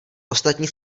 ostatní